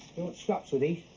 scraps with these?